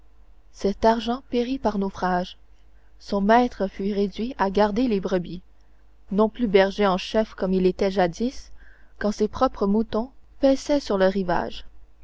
cet argent périt par naufrage son maître fut réduit à garder les brebis non plus berger en chef comme il était jadis quand ses propres moutons paissaient sur le rivage